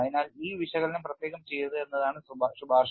അതിനാൽ ഈ വിശകലനം പ്രത്യേകം ചെയ്യരുത് എന്നതാണ് ശുപാർശ